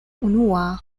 unua